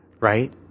Right